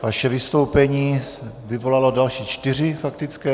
Vaše vystoupení vyvolalo další čtyři faktické.